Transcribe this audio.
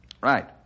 Right